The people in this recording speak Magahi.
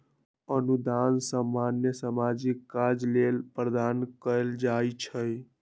अनुदान सामान्य सामाजिक काज लेल प्रदान कएल जाइ छइ